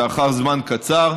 לאחר זמן קצר.